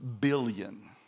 billion